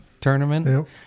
tournament